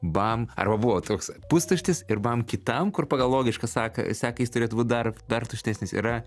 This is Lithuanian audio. bam arba buvo toks pustuštis ir bam kitam kur pagal logišką seką seką jis turėtų būt dar dar tuštesnis yra